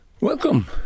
Welcome